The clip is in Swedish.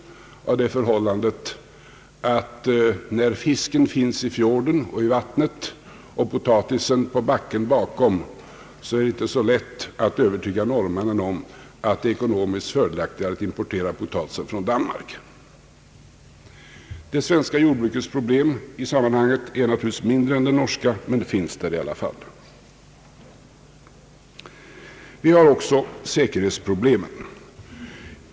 När fisken finns i fjorden och potatisen på backen bakom är det inte så lätt att övertyga norrmännen om att det är ekonomiskt fördelaktigare att importera potatisen från Danmark. Det svenska jordbrukets problem i sammanhanget är naturligtvis mindre än de norska, men de finns där i alla fall. Vi har också säkerhetsproblemen.